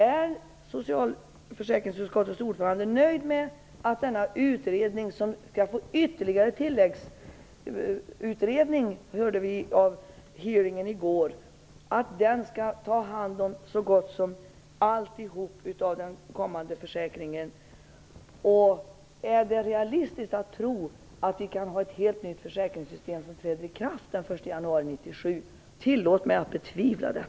Är socialförsäkringsutskottets ordförande nöjd med att denna utredning - på hearingen i går hörde vi att det även skall bli en tilläggsutredning - skall ta hand om så gott som allt när det gäller den kommande försäkringen? Är det realistiskt att tro att vi kan ha ett helt nytt försäkringssystem som träder i kraft den 1 januari 1997. Tillåt mig att betvivla detta.